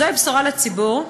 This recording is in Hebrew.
זו בשורה לציבור.